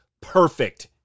perfect